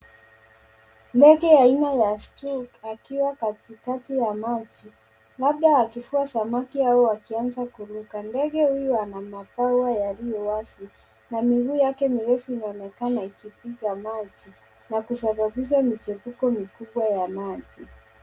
Ndege aina ya [c.s]strew akiwa katikati ya maji labda akifua Samaki au akianza kuruka. Ndege Huyo ana mapawa yaliyo afya na miguu yake mirefu yakionekana ikipiga maji na kusababisha michepuko mkubwa ya maji.